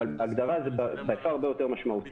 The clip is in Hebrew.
אבל בהגדרה זה by far הרבה יותר משמעותי,